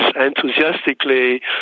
enthusiastically